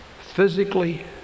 physically